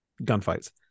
gunfights